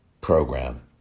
program